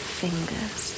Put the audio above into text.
fingers